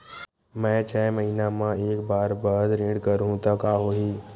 मैं छै महीना म एक बार बस ऋण करहु त का होही?